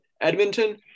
Edmonton